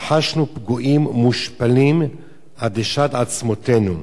"חשנו פגועים, מושפלים עד לשד עצמותינו.